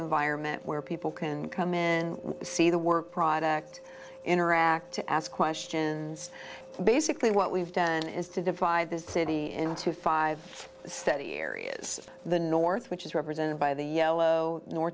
environment where people can come in see the work product interact to ask questions basically what we've done is to divide this into five city areas of the north which is represented by the yellow nor